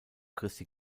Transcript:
christi